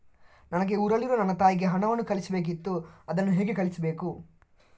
ನನಗೆ ಊರಲ್ಲಿರುವ ನನ್ನ ತಾಯಿಗೆ ಹಣವನ್ನು ಕಳಿಸ್ಬೇಕಿತ್ತು, ಅದನ್ನು ಹೇಗೆ ಕಳಿಸ್ಬೇಕು?